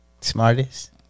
Smartest